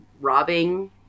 robbing